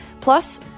Plus